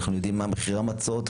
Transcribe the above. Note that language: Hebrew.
יודעים מה מחירי המצות,